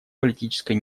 политической